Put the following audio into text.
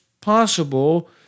possible